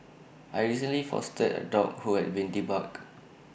I recently fostered A dog who had been debarked